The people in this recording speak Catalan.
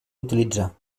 utilitzar